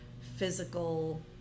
physical